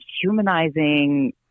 humanizing